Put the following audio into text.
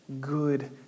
good